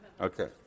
Okay